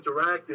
interacted